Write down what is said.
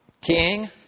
king